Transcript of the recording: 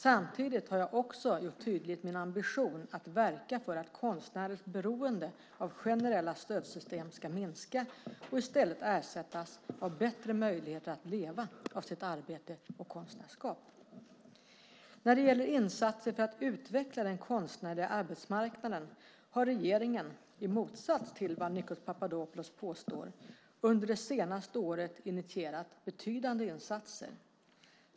Samtidigt har jag också tydliggjort min ambition att verka för att konstnärers beroende av generella stödsystem ska minska och för att dessa system ersätts av bättre möjligheter att leva av sitt arbete och konstnärskap. När det gäller insatser för att utveckla den konstnärliga arbetsmarknaden har regeringen, i motsats till vad Nikos Papadopoulos påstår, under det senaste året initierat betydande insatser.